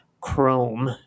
Chrome